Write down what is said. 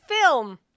film